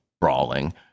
brawling